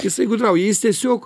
jisai gudrauja jis tiesiog